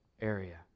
area